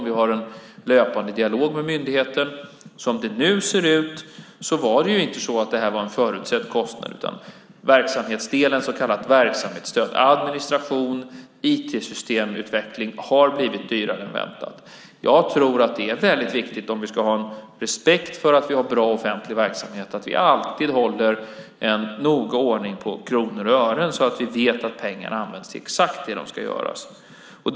Vi har en löpande dialog med myndigheten. Som det nu ser ut var inte detta en förutsedd kostnad, utan verksamhetsdelen, det så kallade verksamhetsstödet, administrationen och IT-systemutvecklingen har blivit dyrare än väntat. Om vi ska ha respekt för en god offentlig verksamhet tror jag att det är väldigt viktigt att vi alltid håller noga ordning på kronor och ören så att vi vet att pengarna används till exakt det de ska användas till.